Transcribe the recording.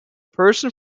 person